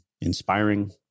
inspiring